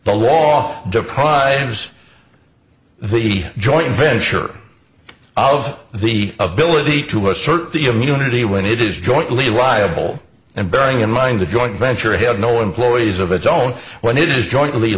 the law deprives the joint venture of the ability to assert the immunity when it is jointly liable and bearing in mind a joint venture have no employees of its own when it is jointly